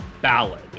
ballad